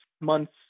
months